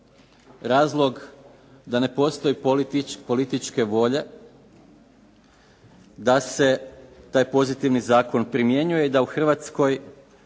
razlog da ne postoji političke volje, da se taj pozitivni zakon primjenjuje i da u Hrvatskoj